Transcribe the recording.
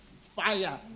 fire